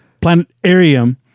planetarium